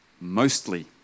mostly